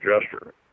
gesture